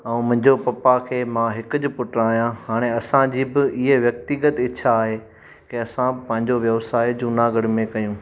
ऐं मुंहिंजो पप्पा खे मां हिकु ई पुटु आहियां हाणे असांजी बि इहे व्यक्तिगत इच्छा आहे के असां पंहिंजो व्यवसाए जूनागढ़ में कयूं